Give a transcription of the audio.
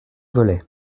velay